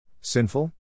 Sinful